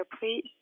please